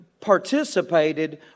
participated